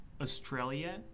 Australia